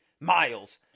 miles